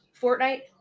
Fortnite